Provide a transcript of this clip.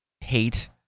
hate